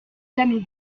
jamais